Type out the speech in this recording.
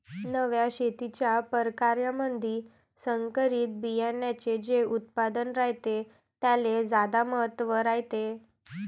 नव्या शेतीच्या परकारामंधी संकरित बियान्याचे जे उत्पादन रायते त्याले ज्यादा महत्त्व रायते